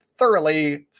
Thoroughly